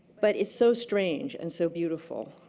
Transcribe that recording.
but it's so strange and so beautiful.